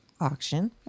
auction